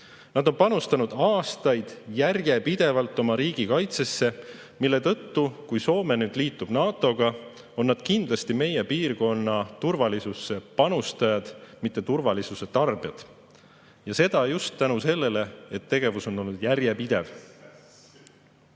Nad on panustanud aastaid järjepidevalt oma riigi kaitsesse, mille tõttu, kui Soome nüüd liitub NATO‑ga, on nad kindlasti meie piirkonna turvalisusesse panustajad, mitte turvalisuse tarbijad. Ja seda just tänu sellele, et tegevus on olnud järjepidev.